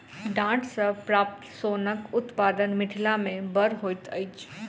डांट सॅ प्राप्त सोनक उत्पादन मिथिला मे बड़ होइत अछि